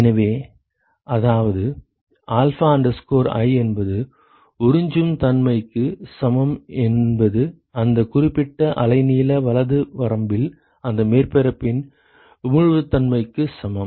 எனவே அதாவது alpha i என்பது உறிஞ்சும் தன்மைக்கு சமம் என்பது அந்த குறிப்பிட்ட அலைநீள வலது வரம்பில் அந்த மேற்பரப்பின் உமிழ்வுத்தன்மைக்கு சமம்